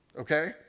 okay